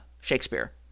Shakespeare